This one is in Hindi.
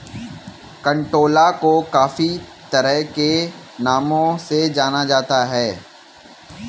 कंटोला को काफी तरह के नामों से जाना जाता है